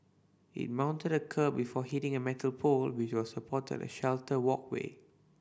it mounted a kerb before hitting a metal pole which was supporting a sheltered walkway